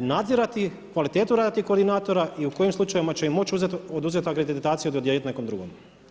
nadzirati kvalitetu rada tih koordinatora i u kojim slučajevima će im moći oduzet akreditaciju i dodijelit nekom drugome.